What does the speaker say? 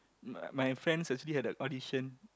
my my friends actually had a audition